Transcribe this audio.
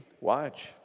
Watch